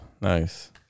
nice